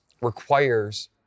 requires